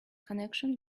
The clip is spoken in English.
connection